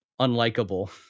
unlikable